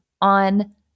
on